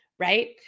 Right